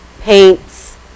paints